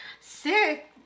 sick